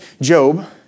Job